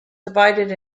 divided